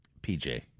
PJ